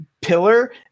pillar